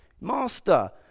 master